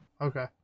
Okay